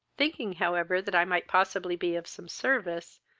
thinking, however, that i might possibly be of some service,